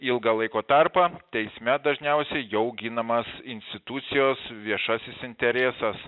ilgą laiko tarpą teisme dažniausiai jau ginamas institucijos viešasis interesas